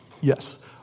Yes